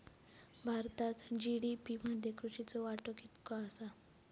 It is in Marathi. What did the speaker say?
भारतात जी.डी.पी मध्ये कृषीचो वाटो कितको आसा?